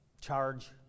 charge